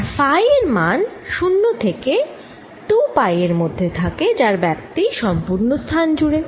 আর phi এর মান 0 থেকে 2 পাই এর মধ্যে থাকে যার ব্যাপ্তি সম্পূর্ণ স্থান জুড়ে